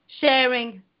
sharing